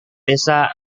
desa